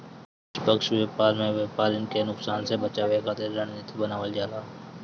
निष्पक्ष व्यापार में व्यापरिन के नुकसान से बचावे खातिर रणनीति बनावल जाला